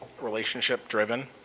relationship-driven